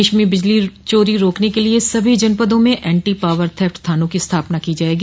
प्रदेश में बिजली चोरी रोकने के लिए सभी जनपदों में एंटी पावर थेफ्ट थानों की स्थापना की जायेगी